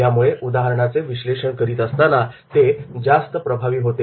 यामुळे उदाहरणाचे विश्लेषण करत असताना ते जास्त प्रभावी होते